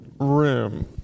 room